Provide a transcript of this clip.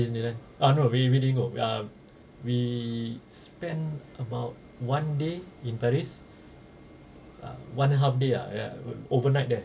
Disneyland uh no we we didn't go err we spend about one day in paris ah one and half day ah ya overnight there